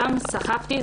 שם סחבתי,